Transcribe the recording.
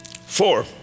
Four